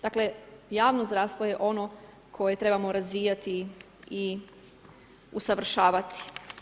Dakle, javno zdravstvo je ono koje trebamo razvijati i usavršavati.